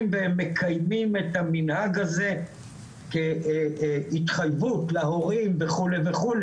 והם מקיימים את המנהג הזה כהתחייבות להורים וכו' וכו',